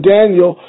Daniel